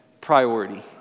priority